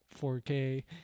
4K